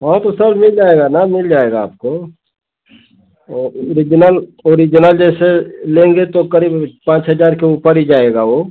हाँ तो सर मिल जाएगा ना मिल जाएगा आपको ओ ओरिजनल ओरिजिनल जैसे लेंगे तो करीब पाँच हजार के ऊपर ही जाएगा वो